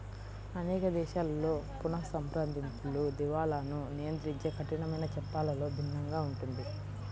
అనేక దేశాలలో పునఃసంప్రదింపులు, దివాలాను నియంత్రించే కఠినమైన చట్టాలలో భిన్నంగా ఉంటుంది